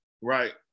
right